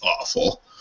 awful